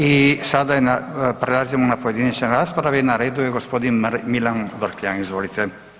I sada prelazimo na pojedinačne rasprave, na redu je g. Milan Vrkljan, izvolite.